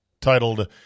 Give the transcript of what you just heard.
titled